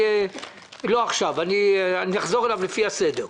לא עכשיו, אחזור אליו לפי הסדר."